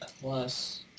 Plus